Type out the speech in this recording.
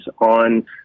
on